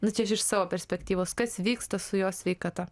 nu čia aš iš savo perspektyvos kas vyksta su jo sveikata